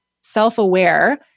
self-aware